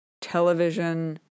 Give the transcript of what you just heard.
television